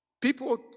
people